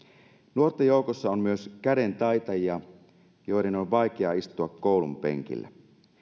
nuorten joukossa on myös kädentaitajia joiden on vaikea istua koulunpenkillä